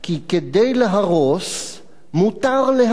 כי כדי לאפשר את